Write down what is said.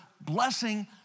blessing